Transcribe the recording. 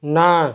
ନା